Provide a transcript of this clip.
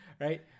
right